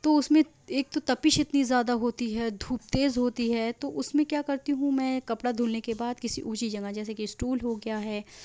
تو اس میں ایک تو تپش اتنی زیادہ ہوتی ہے دھوپ تیز ہوتی ہے تو اس میں کیا کرتی ہوں میں کپڑا دھلنے کے بعد کسی اونچی جگہ جیسے کہ اسٹول ہو گیا ہے